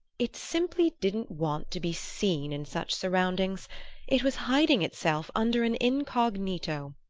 it simply didn't want to be seen in such surroundings it was hiding itself under an incognito,